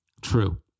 true